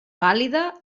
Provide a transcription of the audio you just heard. vàlida